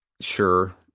Sure